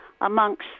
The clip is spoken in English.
amongst